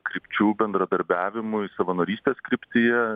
krypčių bendradarbiavimui savanorystės kryptyje